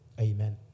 Amen